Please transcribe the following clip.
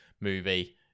movie